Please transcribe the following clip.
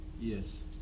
Yes